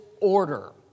order